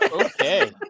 Okay